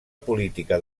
política